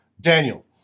Daniel